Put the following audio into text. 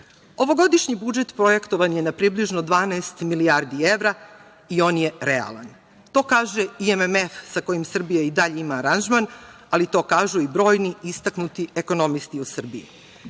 budžeta. Ovogodišnji budžet projektovan je na približno 12 milijardi evra i on je realan. To kaže i MMF, sa kojim Srbija i dalje ima aranžman, ali to kažu i brojni istaknuti ekonomisti u Srbiji. Budžet